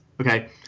okay